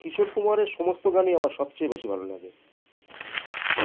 কিশোর কুমারে সমস্ত গানই আমার সবচেয়ে বেশি ভালো লাগে